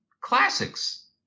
classics